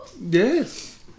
Yes